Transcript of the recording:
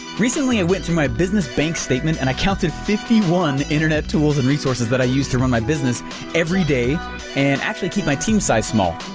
recently, i went to my business bank statement and i counted fifty one internet tools and resources that i used to run my business every day and actually keep my team size small.